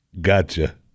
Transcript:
Gotcha